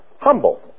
humble